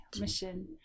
mission